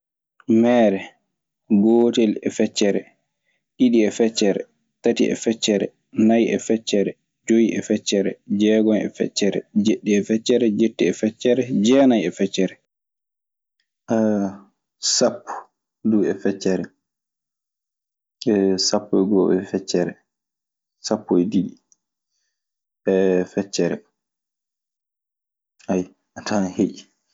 Meere, go'o e feetiere, diɗɗi e feetiere, tati e feetiere, nayi e feetiere, joyi e feetiere, diegon e feetiere, jeɗɗi e feetiere, jetti e feetiere, jenayi e feetiere, sappo du e feccere, sappo go'o e feccere, sappo e ɗiɗi e feccere. Ay! A tawan heƴi.